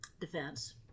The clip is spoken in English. defense